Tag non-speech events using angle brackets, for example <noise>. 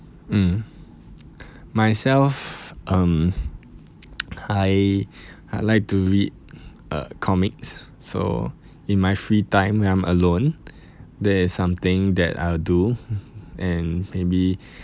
mm myself um <noise> I I like to read uh comics so in my free time when I'm alone that is something that I will do and maybe